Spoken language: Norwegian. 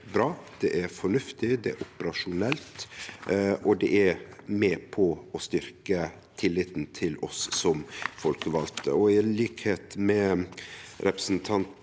bra, det er fornuftig, det er operasjonelt, og det er med på å styrkje tilliten til oss som folkevalde. Til liks med femte